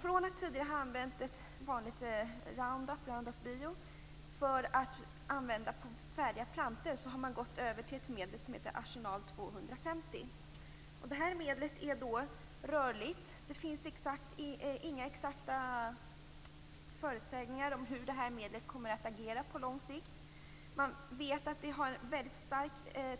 Från att tidigare ha använt Roundup bio, som används på uppvuxna plantor, har man nu gått över till att använda ett medel som heter Arsenal 250. Det medlet är rörligt. Det finns inga exakta förutsägelser om hur medlet kommer att agera på lång sikt. Man vet att det har en väldigt stark